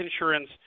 insurance